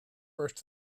first